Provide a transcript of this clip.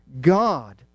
God